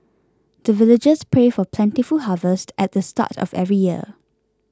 the villagers pray for plentiful harvest at the start of every year